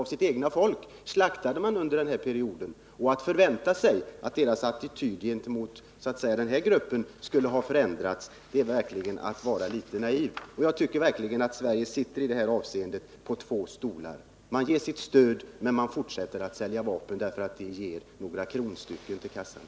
Så många slaktades under denna period. Att tro att attityden från den regimen skulle ha förändrats är verkligen att vara litet naiv. Och jag tycker definitivt att Sverige i det här avseendet sitter på två stolar. Man ger sitt stöd i FN åt befrielserörelsen, men man fortsätter att sälja vapen åt ockupationsmakten därför att det ger några kronor till kassan.